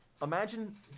Imagine